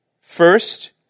First